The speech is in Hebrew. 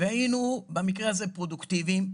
והיינו פרודוקטיביים במקרה הזה.